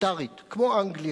קונסטיטוציונית, כמו אנגליה,